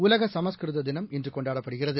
உலக சமஸ்கிருத தினம் இன்று கொண்டாடப்படுகிறது